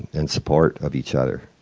and support of each other.